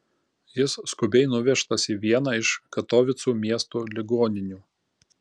jis skubiai nuvežtas į vieną iš katovicų miesto ligoninių